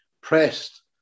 pressed